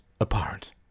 apart